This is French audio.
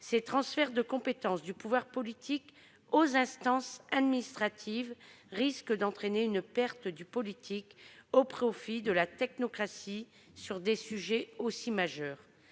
Les transferts de compétences du pouvoir politique aux instances administratives risquent d'entraîner une perte du politique au profit de la technocratie, sur des sujets majeurs.